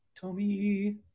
Tommy